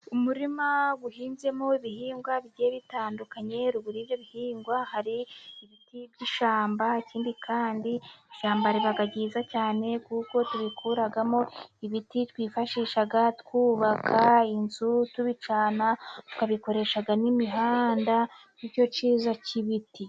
Umurima uhinzemo ibihingwa bigiye bitandukanye, ruguru y'ibyo bihingwa hari ibiti by'ishyamba. Ikindi kandi ishyamba riba ryiza cyane kuko turikuraga ibiti twifashisha twubaka inzu, tubicana, tukabikoresha n'imihanda ni cyo cyiza cy'ibiti.